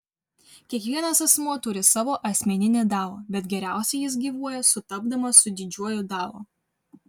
kiekvienas asmuo turi savo asmeninį dao bet geriausiai jis gyvuoja sutapdamas su didžiuoju dao